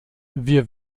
wir